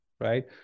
right